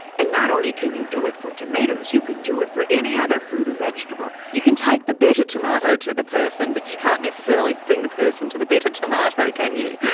and not only can you do it for tomatoes you can do it for any other food or vegetable. you can type the better tomato to the person but you can't necessarily bring the person to the better tomato can you?